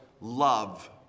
love